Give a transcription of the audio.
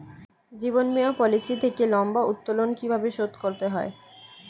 জীবন বীমা পলিসি থেকে লম্বা উত্তোলন কিভাবে শোধ করতে হয়?